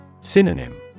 Synonym